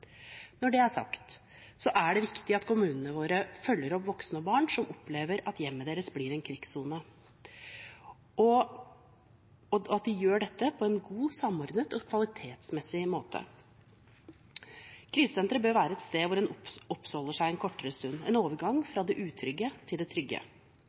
Når det er sagt, er det viktig at kommunene våre følger opp voksne og barn som opplever at hjemmet deres blir en krigssone, på en kvalitetsmessig god og samordnet måte. Krisesenteret bør være et sted man oppholder seg en kortere stund – en overgang fra det utrygge til det trygge.